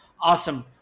Awesome